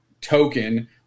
token